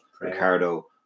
Ricardo